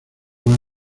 más